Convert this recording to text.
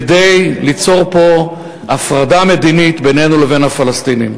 כדי ליצור פה הפרדה מדינית בינינו לבין הפלסטינים.